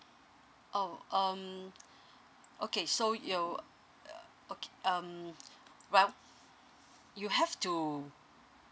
oh um okay so your uh okay um but you have to